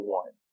one